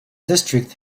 district